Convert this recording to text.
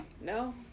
No